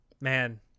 Man